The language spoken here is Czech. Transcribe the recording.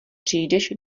přijdeš